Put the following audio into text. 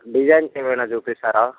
designs ఏమైనా చూపిస్తారా